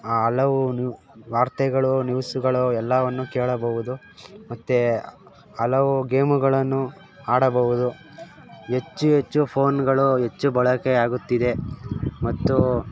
ಹಲವು ನ್ಯೂ ವಾರ್ತೆಗಳು ನ್ಯೂಸ್ಗಳು ಎಲ್ಲವನ್ನೂ ಕೇಳಬಹುದು ಮತ್ತೆ ಹಲವು ಗೇಮುಗಳನ್ನು ಆಡಬಹುದು ಹೆಚ್ಚು ಹೆಚ್ಚು ಫೋನ್ಗಳು ಹೆಚ್ಚು ಬಳಕೆ ಆಗುತ್ತಿದೆ ಮತ್ತು